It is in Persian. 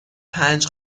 پنج